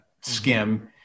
skim